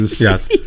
Yes